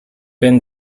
bin